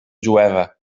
jueva